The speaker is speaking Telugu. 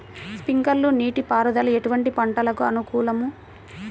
స్ప్రింక్లర్ నీటిపారుదల ఎటువంటి పంటలకు అనుకూలము?